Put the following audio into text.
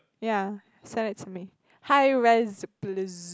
ya send it to me hi rise please